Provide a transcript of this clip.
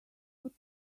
what